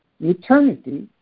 Eternity